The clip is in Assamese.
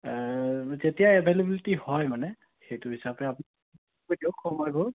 কেতিয়া এভেইলেবিলিটি হয় মানে সেইটো হিচাপে আপুনি কৈ দিয়ক সময়বোৰ